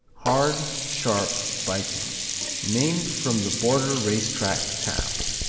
hard sharp biting named from the border race-track town.